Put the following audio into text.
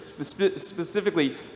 specifically